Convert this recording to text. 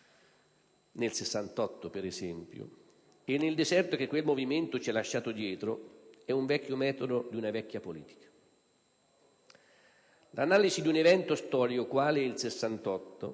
nel '68, per esempio, e nel deserto che quel movimento ha lasciato dietro di sé è un vecchio metodo, proprio di una vecchia politica. L'analisi di un evento storico quale il '68,